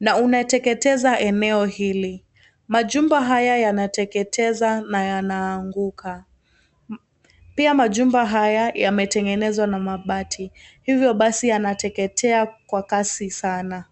na unateketeza eneo hili. Majumba haya yanateketeza na yanaanguka. Pia majumba haya, yametengenezwa na mabati. Hivyo basi, yanateketea kwa kasi sana.